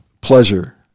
pleasure